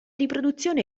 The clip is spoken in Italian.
riproduzione